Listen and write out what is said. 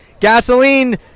gasoline